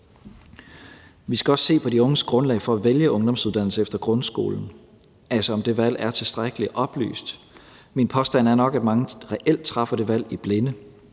Vi skal også se på de unges grundlag for at vælge ungdomsuddannelse efter grundskolen – altså, om det valg er tilstrækkeligt oplyst. Min påstand er nok, at mange reelt træffer det valg i blinde.